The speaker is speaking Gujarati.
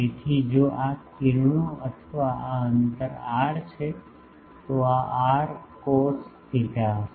તેથી જો આ કિરણો અથવા આ અંતર r છે તો આ r કોસ થેટા હશે